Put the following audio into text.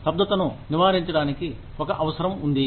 స్తబ్దతను నివారించడానికి ఒక అవసరం ఉంది